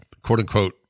quote-unquote